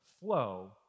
flow